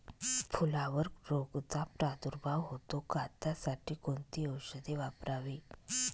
फुलावर रोगचा प्रादुर्भाव होतो का? त्यासाठी कोणती औषधे वापरावी?